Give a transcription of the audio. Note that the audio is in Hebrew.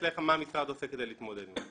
למה המשרד עושה כדי להתמודד עם זה.